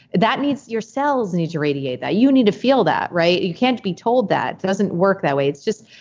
that needs. your cells need to radiate that, you need to feel that. you can't be told that, it doesn't work that way. it's just.